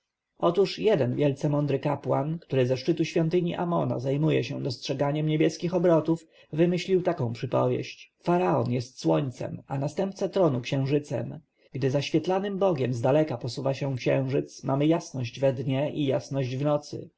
otóż jeden wielce mądry kapłan który ze szczytu świątyni amona zajmuje się dostrzeganiem niebieskich obrotów wymyślił taką przypowieść faraon jest słońcem a następca tronu księżycem gdy za świetlanym bogiem zdaleka posuwa się księżyc mamy jasność we dnie i jasność w nocy